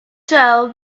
shell